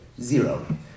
Zero